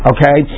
Okay